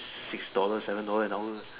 six dollar seven dollar an hour